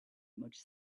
much